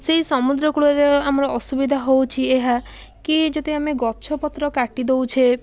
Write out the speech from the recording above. ସେଇ ସମୁଦ୍ର କୂଳରେ ଆମର ଅସୁବିଧା ହେଉଛି ଏହା କି ଯଦି ଆମେ ଗଛପତ୍ର କାଟି ଦେଉଛୁ